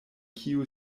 kiu